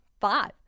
five